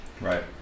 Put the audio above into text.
Right